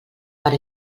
per